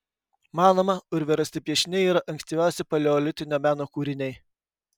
manoma urve rasti piešiniai yra ankstyviausi paleolitinio meno kūriniai